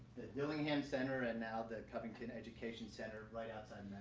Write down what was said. dillingham center, and now the covington education center right outside.